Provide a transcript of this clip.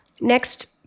next